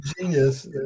genius